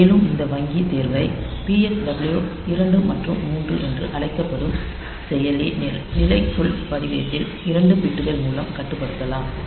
மேலும் இந்த வங்கி தேர்வை PSW 2 மற்றும் 3 என அழைக்கப்படும் செயலி நிலை சொல் பதிவேட்டில் இரண்டு பிட்கள் மூலம் கட்டுப்படுத்தலாம்